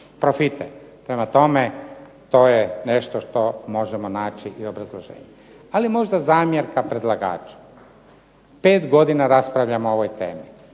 profite. Prema tome, to je nešto što možemo naći i obrazloženje. Ali možda zamjerka predlagaču, 5 godina raspravljamo o ovoj temi,